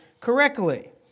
correctly